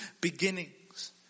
beginnings